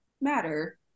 matter